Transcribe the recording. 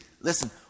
Listen